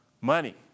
Money